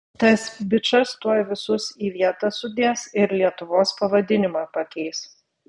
tas bičas tuoj visus į vietą sudės ir lietuvos pavadinimą pakeis